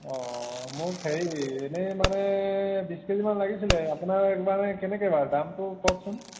অঁ মোৰ হেৰি এনেই মানে বিছ কেজিমান লাগিছিলে আপোনাৰ ইমান কেনেকৈ বাৰু দামটো কওকচোন